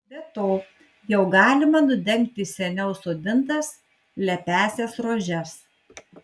be to jau galima nudengti seniau sodintas lepiąsias rožes